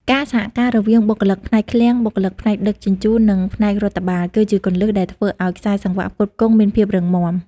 ការសហការរវាងបុគ្គលិកផ្នែកឃ្លាំង បុគ្គលិកផ្នែកដឹកជញ្ជូន និងផ្នែករដ្ឋបាល គឺជាគន្លឹះដែលធ្វើឱ្យខ្សែសង្វាក់ផ្គត់ផ្គង់មានភាពរឹងមាំ។